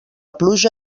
pluja